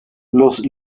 los